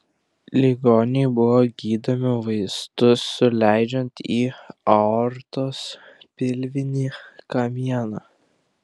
ligoniai buvo gydomi vaistus suleidžiant į aortos pilvinį kamieną